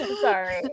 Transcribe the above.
sorry